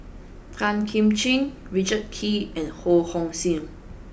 Tan Kim Ching Richard Kee and Ho Hong Sing